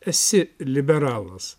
esi liberalas